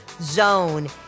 zone